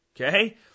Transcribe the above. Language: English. okay